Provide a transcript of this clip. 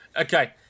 Okay